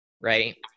right